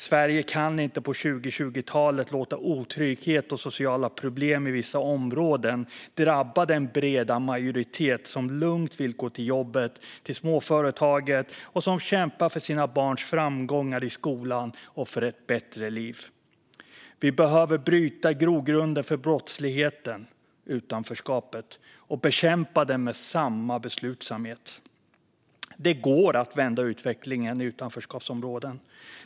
Sverige kan inte på 2020-talet låta otrygghet och sociala problem i vissa områden drabba den breda majoritet som lugnt vill gå till jobbet, till småföretaget, och som kämpar för sina barns framgångar i skolan och för ett bättre liv. Vi behöver bryta grogrunden för brottsligheten - utanförskapet - och bekämpa den med samma beslutsamhet. Det går att vända utvecklingen i utanförskapsområden.